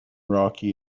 rocky